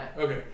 Okay